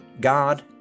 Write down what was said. God